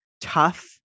tough